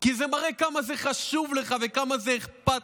כי זה מראה כמה זה חשוב לך וכמה זה אכפת